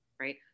right